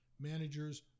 managers